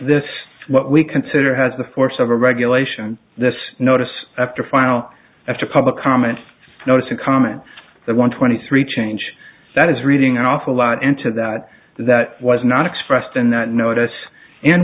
the what we consider has the force of a regulation the notice after final after public comments notice a comment that one twenty three change that is reading an awful lot into that that was not expressed in that notice and